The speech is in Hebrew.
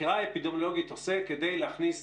החקירה האפידמיולוגית עושה כדי להכניס